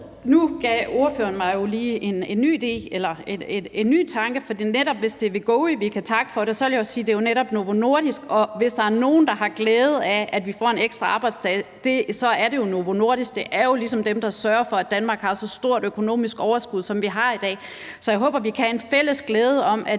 Nu gav ordføreren mig jo lige en ny idé, en ny tanke, for netop hvis det er Wegovy, vi kan takke for det, er det jo Novo Nordisk, og hvis der er nogen, der har glæde af, at vi får en ekstra arbejdsdag, er det jo netop Novo Nordisk. Det er jo ligesom dem, der sørger for, at Danmark har så stort et økonomisk overskud, som vi har i dag. Så jeg håber, vi kan have en fælles glæde over, at